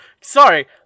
sorry